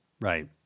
right